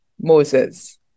Moses